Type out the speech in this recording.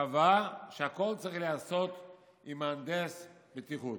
קבעה שהכול צריך להיעשות עם מהנדס בטיחות.